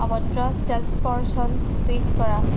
অভদ্ৰ চেলছ person tweet কৰা